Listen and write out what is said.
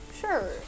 Sure